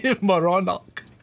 Moronic